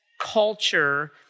culture